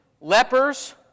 lepers